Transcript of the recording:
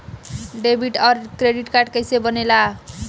Debit और credit card कईसे बने ने ला?